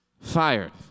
fired